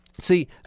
See